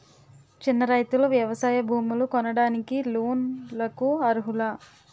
చిన్న రైతులు వ్యవసాయ భూములు కొనడానికి లోన్ లకు అర్హులా?